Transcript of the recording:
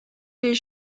les